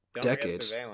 decades